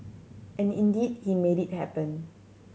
and indeed he made it happen